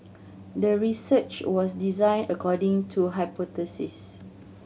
the research was designed according to hypothesis